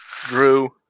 Drew